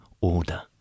order